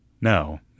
No